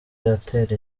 atera